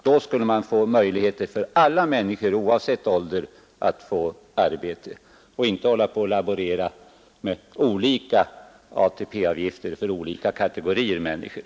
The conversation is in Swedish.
Det skulle ge möjligheter för alla människor, oavsett ålder, att få arbete. Man skall inte hålla på och laborera med olika ATP-avgifter för olika kategorier människor.